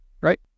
right